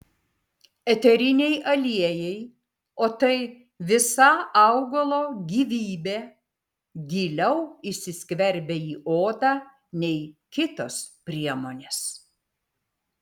eteriniai aliejai o tai visa augalo gyvybė giliau įsiskverbia į odą nei kitos priemonės